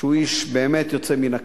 שהוא איש באמת יוצא מן הכלל,